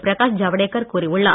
பிரகாஷ் ஜவடேகர் கூறியுள்ளார்